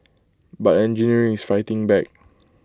but engineering is fighting back